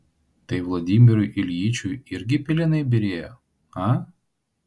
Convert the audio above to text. tai vladimirui iljičiui irgi pelenai byrėjo a